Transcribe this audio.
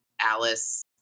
Alice